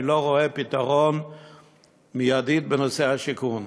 אני לא רואה פתרון מיידי בנושא השיכון.